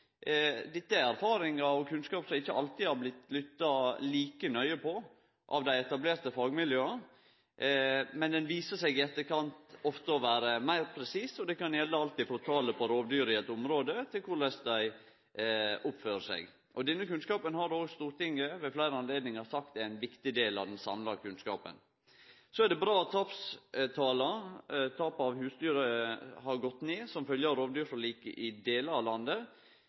Dette er erfaringar og kunnskap som ikkje alltid har blitt lytta like nøye på av dei etablerte fagmiljøa, men som i etterkant ofte kan vise seg å vere meir presis. Det kan gjelde alt frå talet på rovdyr i eit område, til korleis det oppfører seg. Denne kunnskapen har Stortinget ved fleire høve sagt er ein viktig del av den samla kunnskapen. Så er det bra at talet på tap av husdyr har gått ned som følgje av rovdyrforliket i delar av landet.